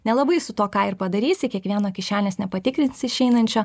nelabai su tuo ką ir padarysi kiekvieno kišenės nepatikrins išeinančio